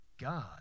God